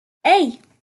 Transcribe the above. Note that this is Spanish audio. hey